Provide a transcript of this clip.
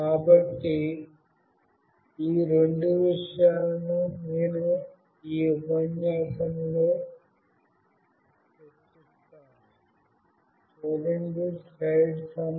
కాబట్టి ఈ రెండు విషయాలను నేను ఈ ఉపన్యాసంలో చర్చిస్తాను